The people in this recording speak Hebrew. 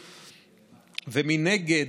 ומנגד,